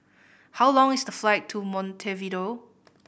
how long is the flight to Montevideo